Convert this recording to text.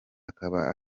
akaba